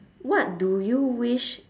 what do you wish